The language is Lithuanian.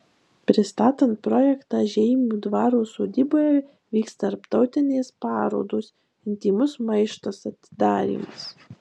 pristatant projektą žeimių dvaro sodyboje vyks tarptautinės parodos intymus maištas atidarymas